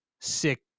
sick